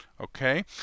Okay